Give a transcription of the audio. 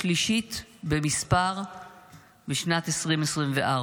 השלישית במספר בשנת 2024,